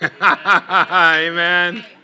Amen